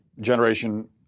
generation